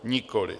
Nikoli.